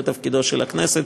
זה תפקידה של הכנסת,